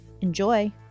Enjoy